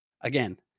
Again